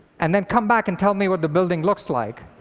and then come back and tell me what the building looks like.